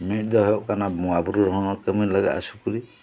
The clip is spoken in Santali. ᱢᱤᱫ ᱫᱚ ᱦᱩᱭᱩᱜ ᱠᱟᱱᱟ ᱵᱚᱸᱜᱟ ᱵᱩᱨᱩ ᱨᱮᱦᱚᱸ ᱠᱟᱹᱢᱤ ᱨᱮ ᱞᱟᱜᱟᱜᱼᱟ ᱥᱩᱠᱨᱤ